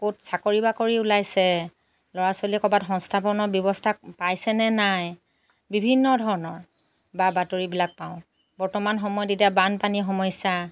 ক'ত চাকৰি বাকৰি ওলাইছে ল'ৰা ছোৱালীয়ে ক'ৰবাত সংস্থাপনৰ ব্যৱস্থা পাইছেনে নাই বিভিন্ন ধৰণৰ বা বাতৰিবিলাক পাওঁ বৰ্তমান সময়ত এতিয়া বানপানীৰ সমস্যা